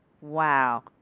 Wow